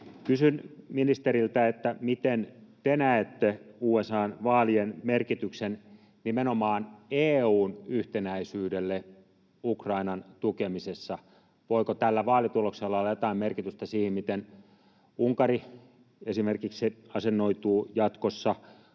Kysyn ministeriltä: Miten te näette USA:n vaalien merkityksen nimenomaan EU:n yhtenäisyydelle Ukrainan tukemisessa? Voiko tällä vaalituloksella olla jotain merkitystä siihen, miten esimerkiksi Unkari asennoituu jatkossa?